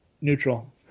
neutral